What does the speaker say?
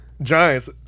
Giants